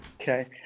Okay